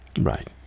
Right